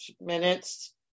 minutes